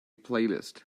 playlist